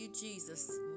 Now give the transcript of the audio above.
jesus